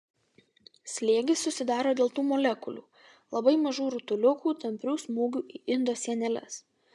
slėgis susidaro dėl tų molekulių labai mažų rutuliukų tamprių smūgių į indo sieneles